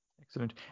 Excellent